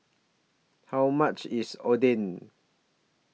How much IS Oden